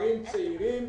גברים צעירים